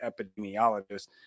epidemiologist